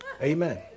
Amen